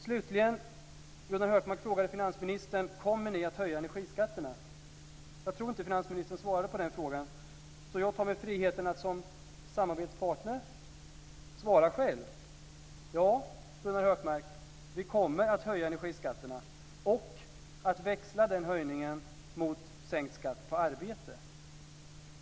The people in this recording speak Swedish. Gunnar Hökmark frågade finansministern om energiskatterna ska höjas. Jag tror inte att finansministern svarade på den frågan. Jag tar mig friheten att som samarbetspartner svara själv. Ja, Gunnar Hökmark, vi kommer att höja energiskatterna och växla den höjningen mot sänkt skatt på arbete.